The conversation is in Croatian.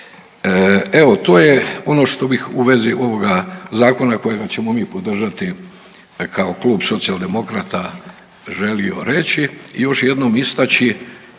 Evo to je ono što bih u vezi ovoga zakona kojega ćemo mi podržati kao klub Socijaldemokrata želio reći